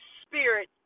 spirit